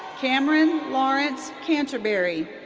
cameron lawrence canterberry.